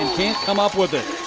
and can't come up with it.